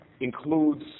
includes